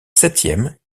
septième